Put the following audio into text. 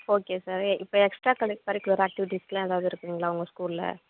okay sir ஏ இப்போ extra கலிக் கரிக்குலர் ஆக்டிவிட்டீஸ்க்லாம் எதாவது இருக்குங்களா உங்கள் ஸ்கூலில்